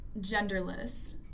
genderless